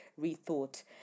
rethought